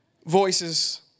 Voices